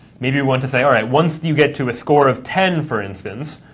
maybe we want to say, all right, once you get to a score of ten, for instance,